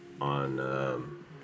On